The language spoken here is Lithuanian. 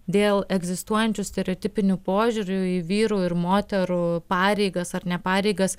dėl egzistuojančių stereotipinių požiūrių į vyrų ir moterų pareigas ar ne pareigas